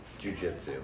jujitsu